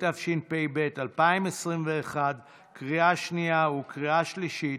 התשפ"ב 2021, לקריאה שנייה וקריאה שלישית.